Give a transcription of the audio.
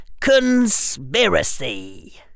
Conspiracy